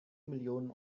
millionen